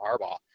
harbaugh